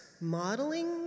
modeling